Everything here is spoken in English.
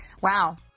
Wow